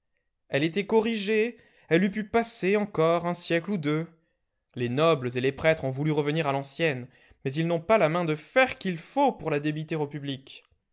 elle était corrigée elle eût pu passer encore un siècle ou deux les nobles et les prêtres ont voulu revenir à l'ancienne mais ils n'ont pas la main de fer qu'il faut pour la débiter au public